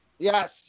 Yes